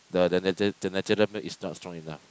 the the nature the natural milk is not strong enough